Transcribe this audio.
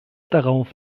darauf